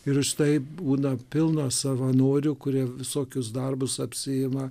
ir štai būna pilna savanorių kurie visokius darbus apsiima